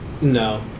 No